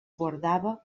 guardava